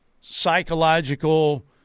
psychological